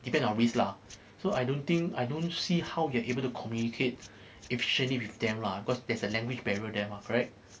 depends on risk lah so I don't think I don't see how we're able to communicate efficiently with them lah cause there's a language barrier there mah correct